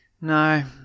No